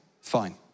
Fine